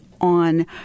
on